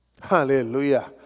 Hallelujah